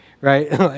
right